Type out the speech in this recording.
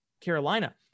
Carolina